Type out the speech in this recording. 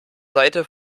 seite